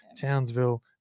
Townsville